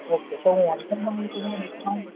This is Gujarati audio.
ઓકે તો હું હોલસેલમાં લઉં તો મને ડિસ્કાઉન્ટ